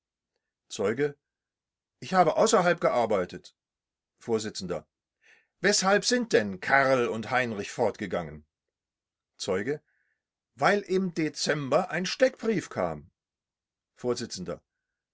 zeuge ich habe außerhalb gearbeitet vors weshalb sind denn karl und heinrich fortgegangen zeuge weil im dezember ein steckbrief kam